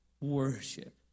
worship